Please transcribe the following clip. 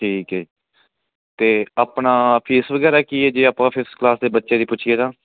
ਠੀਕ ਹੈ ਅਤੇ ਆਪਣਾ ਫੇਸ ਵਗੈਰਾ ਕੀ ਹੈ ਜੇ ਆਪਾਂ ਫਿਫਥ ਕਲਾਸ ਦੇ ਬੱਚੇ ਦੀ ਪੁੱਛੀਏ ਤਾਂ